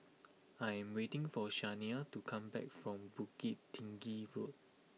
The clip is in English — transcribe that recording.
I am waiting for Shania to come back from Bukit Tinggi Road